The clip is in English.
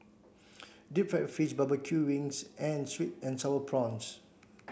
deep fried fish barbecue wings and sweet and sour prawns